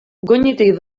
goñitik